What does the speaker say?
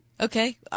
Okay